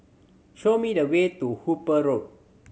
show me the way to Hooper Road